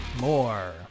more